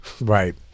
Right